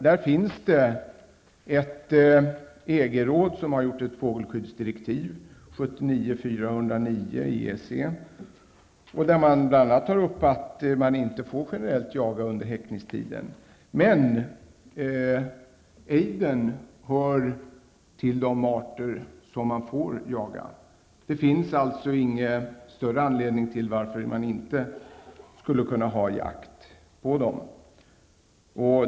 Det finns ett EG-råd som har gjort ett fågelskyddsdirektiv, 79:409, där man bl.a. tar upp att det inte generellt får ske jakt under häckningstiden, men ejdern hör till de arter som man får jaga. Det finns alltså inte någon större anledning till att man inte skulle kunna ha jakt på ejder.